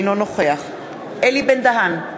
אינו נוכח אלי בן-דהן,